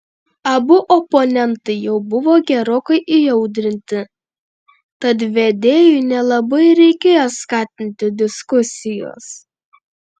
abu oponentai jau buvo gerokai įaudrinti tad vedėjui nelabai ir reikėjo skatinti diskusijos